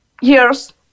years